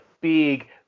big